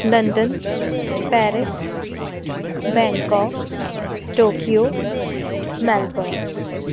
London Paris Bangkok Tokyo Melbourne